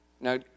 Now